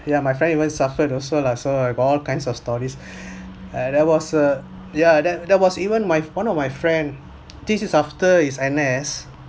ya my friend even suffered also lah so I got all kinds of stories and there was a yeah that that was even my one of my friend this is after his N_S